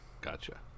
Gotcha